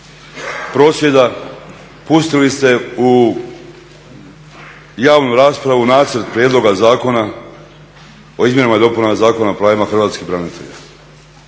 prosvjeda pustili ste u javnu raspravu Nacrt prijedloga Zakona o izmjenama i dopunama Zakona o pravima hrvatskih branitelja.